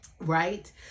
Right